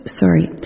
sorry